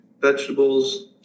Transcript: vegetables